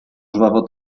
żwawo